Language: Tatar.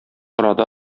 арада